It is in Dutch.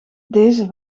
deze